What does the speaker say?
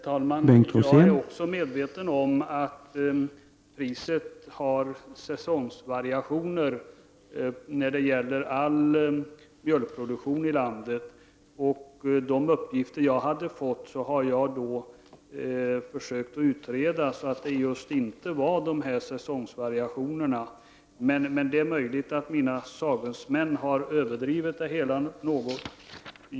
Herr talman! Jag är också medveten om att priset när det gäller all mjölkproduktion i landet har säsongvariationer. På grundval av de uppgifter jag har fått har jag försökt se till att de exempel som jag gav inte inkluderade säsongvariationer. Men det är möjligt att mina sagesmän har överdrivit något.